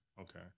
Okay